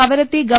കവരത്തി ഗവ